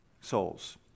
souls